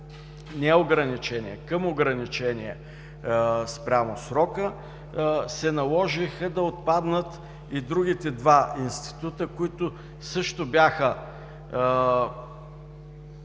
неограничение към ограничение спрямо срока, се наложи да отпаднат и другите два института, които също бяха